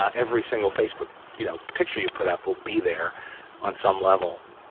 ah every single facebook you know picture you've put up will be there on some level.